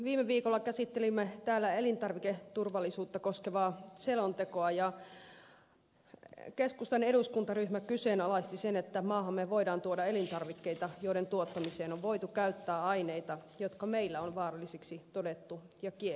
viime viikolla käsittelimme täällä elintarviketurvallisuutta koskevaa selontekoa ja keskustan eduskuntaryhmä kyseenalaisti sen että maahamme voidaan tuoda elintarvikkeita joiden tuottamiseen on voitu käyttää aineita jotka meillä on vaarallisiksi todettu ja kielletty